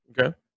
Okay